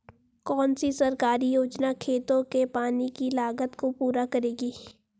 कौन सी सरकारी योजना खेतों के पानी की लागत को पूरा करेगी?